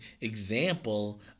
example